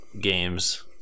games